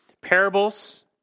Parables